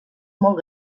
molt